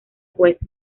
jueces